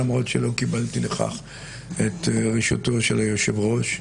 למרות שלא קיבלתי לכך את רשותו של היושב-ראש,